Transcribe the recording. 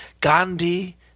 Gandhi